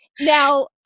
Now